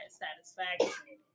satisfaction